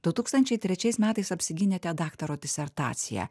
du tūkstančiai trečiais metais apsigynėte daktaro disertaciją